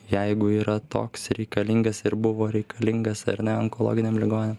jeigu yra toks reikalingas ir buvo reikalingas ar ne onkologiniam ligoniam